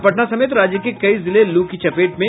और पटना समेत राज्य के कई जिले लू की चपेट में